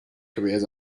careers